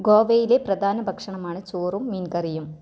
ഗോവയിലെ പ്രധാന ഭക്ഷണമാണ് ചോറും മീൻ കറിയും